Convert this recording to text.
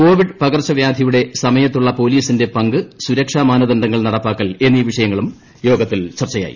Covid പകർച്ചവ്യാധിയുടെ സമയത്തുള്ള പോലീസിന്റെ പങ്ക് സുരക്ഷ മാനദണ്ഡങ്ങൾ നടപ്പാക്കൽ എന്നീ വിഷയങ്ങളും യോഗത്തിൽ ചർച്ചയായി